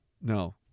No